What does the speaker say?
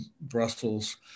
Brussels